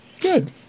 Good